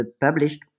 published